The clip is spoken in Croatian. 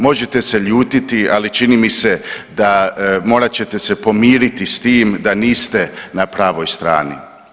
Možete se ljutiti ali čini mi se da morat ćete se pomiriti s tim da niste na pravoj strani.